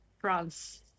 France